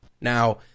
Now